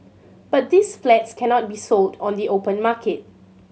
but these flats cannot be sold on the open market